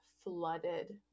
flooded